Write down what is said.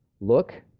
look